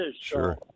Sure